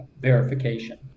verification